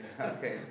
Okay